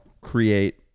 create